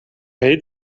hate